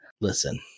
listen